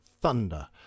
thunder